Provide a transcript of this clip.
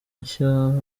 nshya